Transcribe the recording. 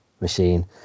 machine